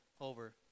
over